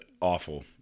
awful